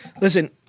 listen